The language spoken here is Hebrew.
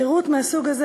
שירות מהסוג הזה,